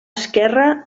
esquerra